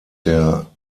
der